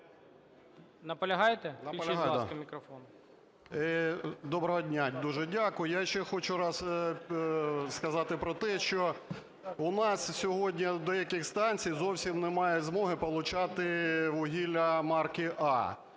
МОРОЗ В.В. Доброго дня! Дуже дякую. Я ще хочу раз сказати про те, що у нас сьогодні в деяких станціях зовсім немає змоги получати вугілля марки "А".